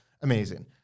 Amazing